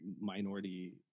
minority